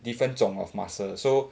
different 种 of muscle so